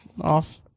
Off